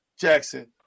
jackson